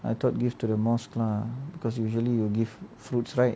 I thought give to the mosque lah because usually you will give foods right